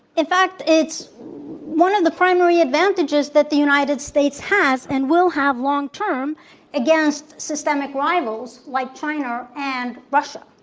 in fact, it's one of the primary advantages that the united states has and will have long-term against systemic rivals, like china and russia.